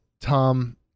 Tom